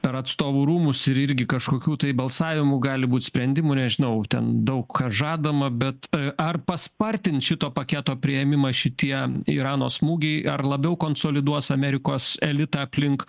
per atstovų rūmus ir irgi kažkokių tai balsavimų gali būt sprendimų nežinau ten daug žadama bet ar paspartin šito paketo priėmimą šitie irano smūgiai ar labiau konsoliduos amerikos elitą aplink